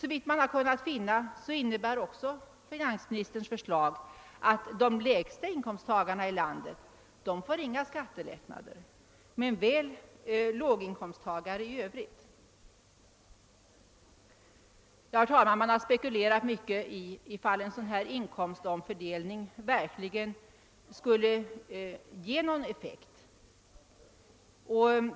Såvitt man har kunnat finna innebär finansministerns förslag också att de lägsta inkomsttagarna i landet inte får några skattelättnader men väl låginkomsttagare i övrigt. Herr talman! Man har spekulerat mycket över om en sådan här inkomstomfördelning verkligen skulle kunna ge någon effekt.